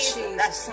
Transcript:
Jesus